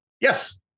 Yes